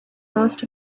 most